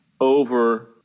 over